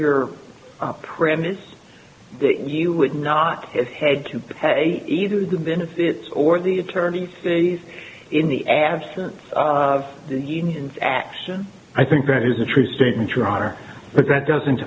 your premise that you would not as had to pay either the benefits or the attorney stays in the absence of the unions action i think that is a true statement your honor but that doesn't